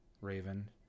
Raven